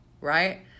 Right